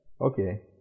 okay